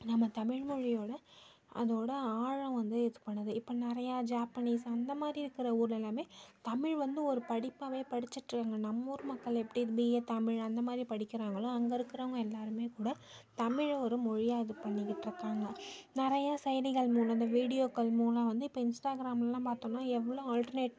நம்ம தமிழ்மொழியோட அதோடய ஆழம் வந்து இது பண்ணுது இப்போ நிறையா ஜாப்பனீஸ் அந்தமாதிரி இருக்கிற ஊர்ல எல்லாமே தமிழ் வந்து ஒரு படிப்பாகவே படிச்சிட்டிருக்காங்க நம்ம ஊர் மக்கள் எப்படி பிஏ தமிழ் அந்தமாதிரி படிக்கிறாங்களோ அங்கே இருக்கிறவங்க எல்லாருமே கூட தமிழை ஒரு மொழியாக இது பண்ணிக்கிட்டிருக்காங்க நிறையா செயலிகள் மூலம் இந்த வீடியோக்கள் மூலம் வந்து இப்போ இன்ஸ்டாகிராம்லலாம் பார்த்தோம்னா எவ்வளோ ஆல்ட்ரனேட்